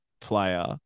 player